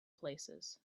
places